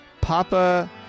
Papa